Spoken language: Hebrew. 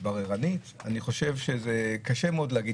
בררנית אני חושב שקשה מאוד להגיד